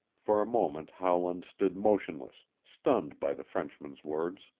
for a moment howland stood motionless, stunned by the frenchman's words.